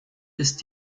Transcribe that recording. ist